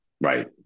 right